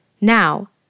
Now